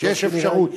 יש אפשרות.